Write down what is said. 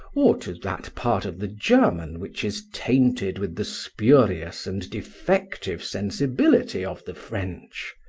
or to that part of the german which is tainted with the spurious and defective sensibility of the french.